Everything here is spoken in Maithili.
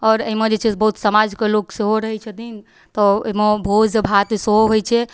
आओर एहिमे जे छै बहुत समाजके लोक सेहो रहै छथिन तऽ ओहिमे भोजभात सेहो होइ छै